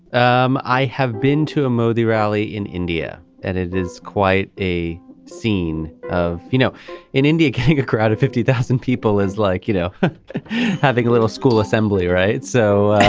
um i have been to a modi rally in india and it is quite a scene of you know in india getting a crowd of fifty thousand people is like you know having a little school assembly right. so.